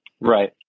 Right